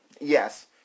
Yes